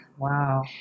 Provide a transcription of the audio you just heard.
Wow